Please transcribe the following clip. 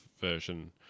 version